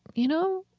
you know,